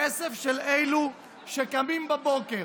כסף של אלו שקמים בבוקר,